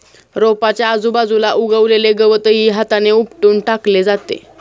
रोपाच्या आजूबाजूला उगवलेले गवतही हाताने उपटून टाकले जाते